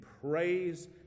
praise